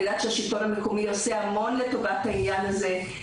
אני יודעת שהשלטון המקומי עושה המון לטובת העניין הזה.